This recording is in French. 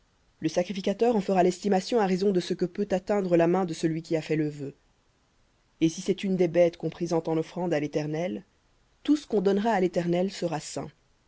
le sacrificateur en fera l'estimation à raison de ce que peut atteindre la main de celui qui a fait le vœu et si c'est une des bêtes qu'on présente en offrande à l'éternel tout ce qu'on donnera à l'éternel sera saint